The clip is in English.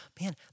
man